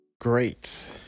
Great